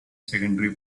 secondary